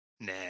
nah